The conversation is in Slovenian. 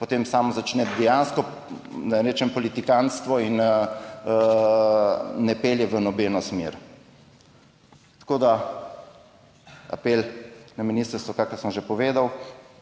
potem samo začne dejansko, da ne rečem, politikantstvo in ne pelje v nobeno smer. Tako da apel na ministrstvo, kakor sem že povedal.